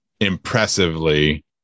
impressively